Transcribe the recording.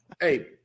Hey